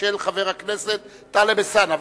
של חבר הכנסת טלב אלסאנע.